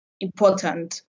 important